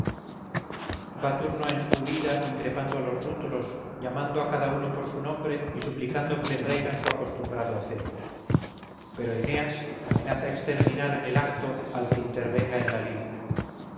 va turno en su huida increpando a los rútulos llamando a cada uno por su nombre y suplicando que le traigan su acostumbrado acero pero eneas amenaza exterminar en el acto al que intervenga en la lid